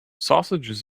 sausages